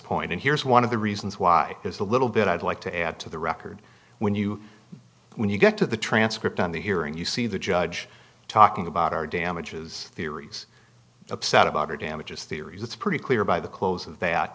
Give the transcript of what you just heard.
point and here's one of the reasons why is a little bit i'd like to add to the record when you when you get to the transcript on the hearing you see the judge talking about our damages theories upset about or damages theories it's pretty clear by the close of that